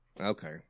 Okay